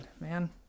man